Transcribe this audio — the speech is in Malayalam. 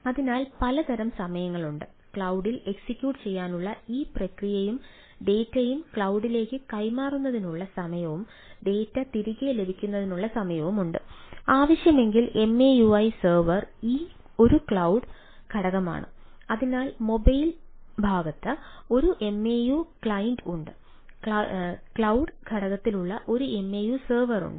അതിനാൽ പലതരം സമയങ്ങളുണ്ട് ക്ലൌഡിൽ എക്സിക്യൂട്ട് ചെയ്യാനുള്ള ഈ പ്രക്രിയയും ഡാറ്റ ഘടകത്തിലുള്ള ഒരു MAU സെർവർ ഉണ്ട്